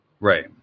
right